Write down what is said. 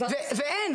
ואין.